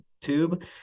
tube